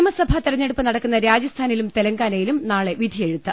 നിയമസഭാ തെരഞ്ഞെടുപ്പ് നടക്കുന്ന രാജസ്ഥാനിലും തെലങ്കാ നയിലും നാളെ വിധിയെഴുത്ത്